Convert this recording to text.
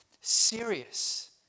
serious